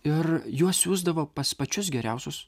ir juos siųsdavo pas pačius geriausius